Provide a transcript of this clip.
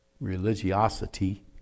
religiosity